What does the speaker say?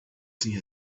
see